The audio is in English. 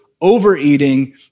overeating